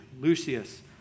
Lucius